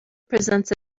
presents